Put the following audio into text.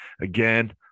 Again